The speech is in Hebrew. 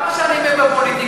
כמה שנים הם בפוליטיקה?